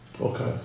Okay